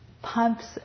pumps